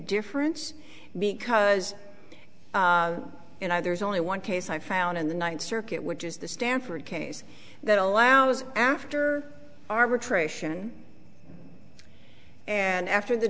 difference because you know there's only one case i found in the ninth circuit which is the stanford case that allows after arbitration and after the